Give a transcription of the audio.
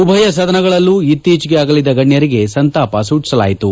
ಉಭಯ ಸದನಗಳಲ್ಲೂ ಇತ್ತೀಚೆಗೆ ಆಗಲಿದ ಗಣ್ಣರಿಗೆ ಸಂತಾಪ ಸೂಚಿಸಲಾಯಿತು